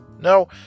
No